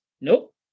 Nope